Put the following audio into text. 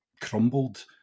crumbled